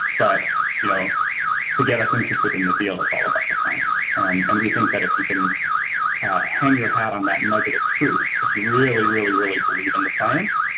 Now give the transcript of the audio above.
but you know to get us interested in the deal, it's all about the science, and and we think that if you can hang your hat on that nugget of truth, if you really really, really believe in the science,